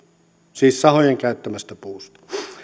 siis sahojen käyttämästä puusta